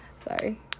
Sorry